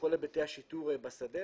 לכל היבטי השיטור בשדה.